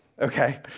Okay